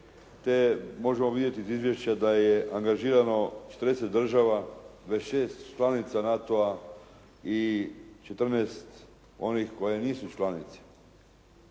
te možemo vidjeti iz izvješća da je angažirano 40 država, 26 članica NATO-a i 14 onih koje nisu članice